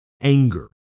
anger